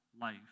life